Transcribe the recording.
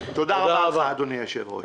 תודה רבה, אדוני היושב-ראש.